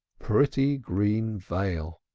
pretty green veil!